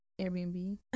Airbnb